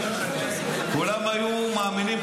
כולם היו מאמינים,